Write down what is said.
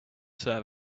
same